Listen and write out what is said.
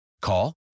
Call